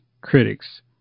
critics